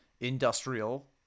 industrial